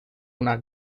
una